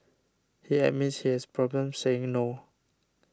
he admits he has problems saying no